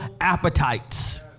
appetites